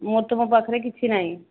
ମୋର ତ ମୋ ପାଖରେ କିଛି ନାହିଁ